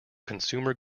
consumer